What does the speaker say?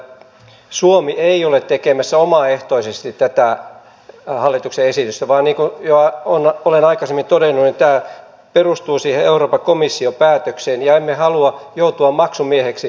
suomi ei ole tekemässä omaehtoisesti tätä hallituksen esitystä vaan niin kuin jo olen aikaisemmin todennut tämä perustuu euroopan komission päätökseen emmekä halua joutua maksumieheksi aivan turhaan